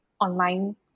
online